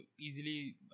easily